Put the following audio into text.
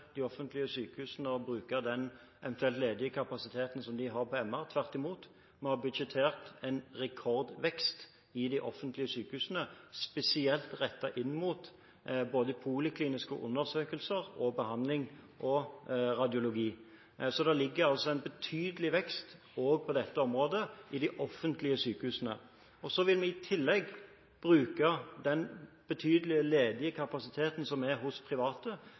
de offentlige sykehusene å bruke den eventuelt ledige kapasiteten som de har på MR – tvert imot, vi har budsjettert med en rekordvekst i de offentlige sykehusene, spesielt rettet inn mot både polikliniske undersøkelser, behandling og radiologi. Så det ligger en betydelig vekst også på dette området i de offentlige sykehusene. Vi vil i tillegg bruke den betydelige ledige kapasiteten som er hos private,